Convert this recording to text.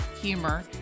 humor